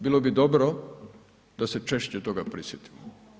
Bilo bi dobro da se češće toga prisjetimo.